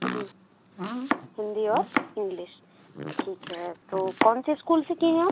जी हिंदी और इंग्लिश ठीक है तो कौन से स्कूल से किए हैं आप